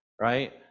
right